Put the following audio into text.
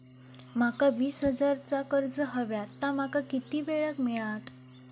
माका वीस हजार चा कर्ज हव्या ता माका किती वेळा क मिळात?